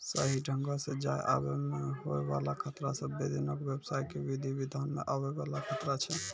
सही ढंगो से जाय आवै मे होय बाला खतरा सभ्भे दिनो के व्यवसाय के विधि विधान मे आवै वाला खतरा छै